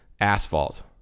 asphalt